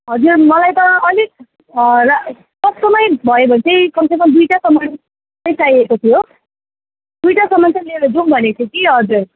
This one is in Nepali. हजुर मलाई त अलिक सस्तोमै भयो भने चाहिँ कमसेकम दुइटासम्म नै चाहिएको थियो दुइटासम्म चाहिँ लिएर जाउँ भनेको थिएँ कि हजुर